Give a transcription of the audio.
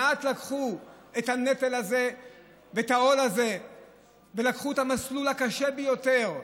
מעט לקחו את הנטל הזה ואת העול הזה ולקחו את המסלול הקשה ביותר.